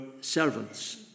servants